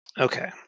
Okay